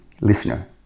listener